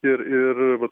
ir ir vat